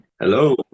Hello